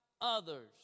others